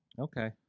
okay